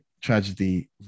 tragedy